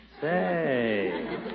Say